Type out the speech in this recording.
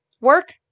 Work